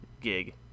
gig